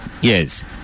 yes